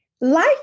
life